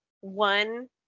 one